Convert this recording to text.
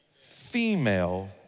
female